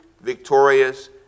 victorious